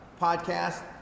podcast